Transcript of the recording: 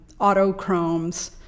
autochromes